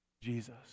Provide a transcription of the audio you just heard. Jesus